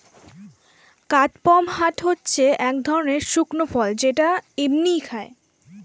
কাদপমহাট হচ্ছে এক ধরণের শুকনো ফল যেটা এমনিই খায়